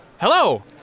Hello